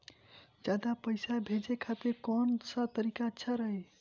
ज्यादा पईसा भेजे खातिर कौन सा तरीका अच्छा रही?